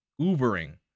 Ubering